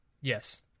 Yes